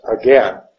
again